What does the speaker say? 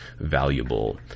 valuable